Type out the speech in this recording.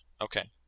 okay